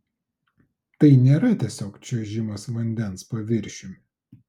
tai nėra tiesiog čiuožimas vandens paviršiumi